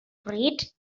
bryd